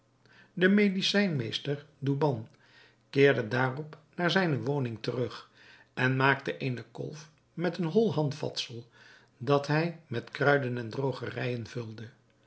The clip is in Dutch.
de medicijnmeester douban keerde daarop naar zijne woning terug en maakte eene kolf met een hol handvatsel dat hij met kruiden en droogerijen vulde